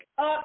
up